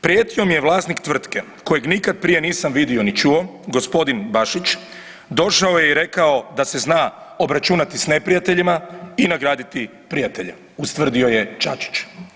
Prijetio mi je vlasnik tvrtke kojeg nikad prije nisam vidio ni čuo g. Bašić, došao je i rekao da se zna obračunati s neprijateljima i nagraditi prijatelje, ustvrdio je Čačić.